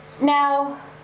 Now